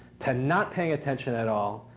to not paying attention at all,